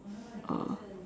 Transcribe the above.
uh